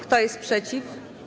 Kto jest przeciw?